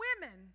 women